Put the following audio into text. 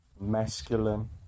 masculine